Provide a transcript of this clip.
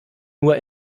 nur